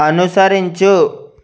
అనుసరించు